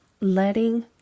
letting